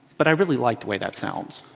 but i really like the way that sounds.